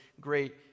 great